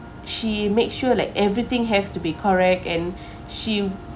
she makes sure like everything has to be correct and she